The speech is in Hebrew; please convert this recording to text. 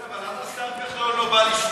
כן, אבל למה השר כחלון לא בא לשמוע?